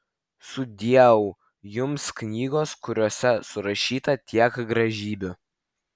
sudieu jums knygos kuriose surašyta tiek gražybių